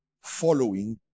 following